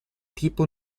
tipo